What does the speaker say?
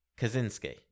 Kaczynski